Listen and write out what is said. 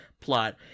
plot